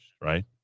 right